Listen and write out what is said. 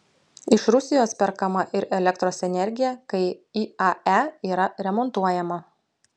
iš rusijos perkama ir elektros energija kai iae yra remontuojama